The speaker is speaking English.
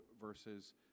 versus